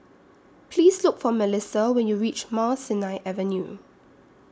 Please Look For Milissa when YOU REACH Mount Sinai Avenue